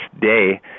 day